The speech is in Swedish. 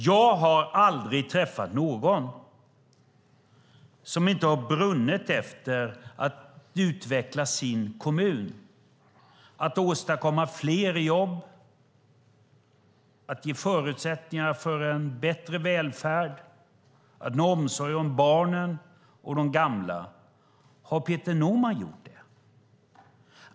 Jag har aldrig träffat någon som inte har brunnit för att utveckla sin kommun, att åstadkomma fler jobb, att ge förutsättningar för en bättre välfärd och att kunna ha omsorg om barnen och de gamla. Har Peter Norman gjort det?